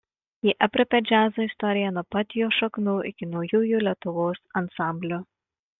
ji aprėpia džiazo istoriją nuo pat jo šaknų iki naujųjų lietuvos ansamblių